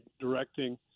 directing –